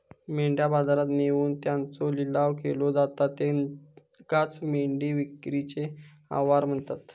मेंढ्या बाजारात नेऊन त्यांचो लिलाव केलो जाता त्येकाचं मेंढी विक्रीचे आवार म्हणतत